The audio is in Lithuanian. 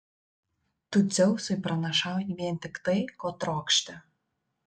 tu dzeusui pranašauji vien tik tai ko trokšti